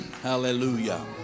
Hallelujah